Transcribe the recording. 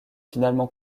finalement